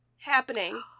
happening